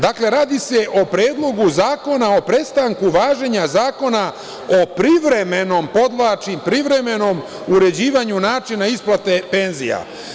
Dakle, radi se o Predlogu zakona o prestanku važenja Zakona o privremenom, podvlačim privremenom, uređivanju načina isplate penzija.